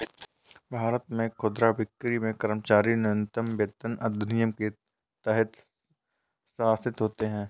भारत में खुदरा बिक्री में कर्मचारी न्यूनतम वेतन अधिनियम के तहत शासित होते है